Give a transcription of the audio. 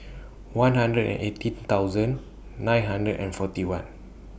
one hundred and eighteen thousand nine hundred and forty one